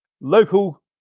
local